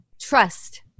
Trust